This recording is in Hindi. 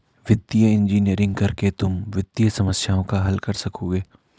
वित्तीय इंजीनियरिंग करके तुम वित्तीय समस्याओं को हल कर सकोगे